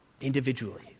individually